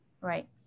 Right